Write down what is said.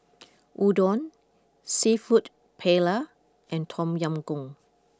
Udon Seafood Paella and Tom Yam Goong